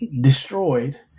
destroyed